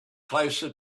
closer